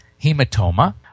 hematoma